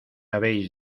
habéis